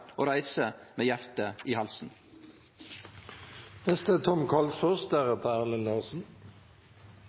reise med hjartet i